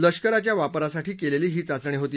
लष्कराच्या वापरासाठी केलेली ही चाचणी होती